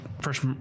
First